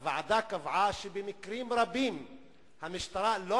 הוועדה קבעה שבמקרים רבים המשטרה לא